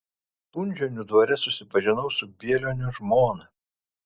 punžionių dvare susipažinau su bielionio žmona